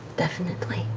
definitely.